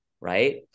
right